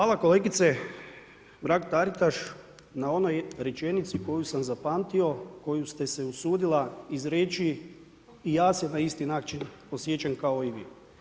Hvala kolegice Mrak-Taritaš, na onoj rečenici koju sam zapamtio, koju ste se usudila izreći i ja se na isti način osjećam kao i vi.